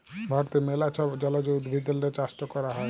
ভারতে ম্যালা ছব জলজ উদ্ভিদেরলে চাষট ক্যরা হ্যয়